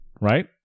right